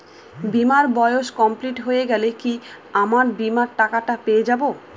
বীমার বয়স কমপ্লিট হয়ে গেলে কি আমার বীমার টাকা টা পেয়ে যাবো?